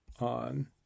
on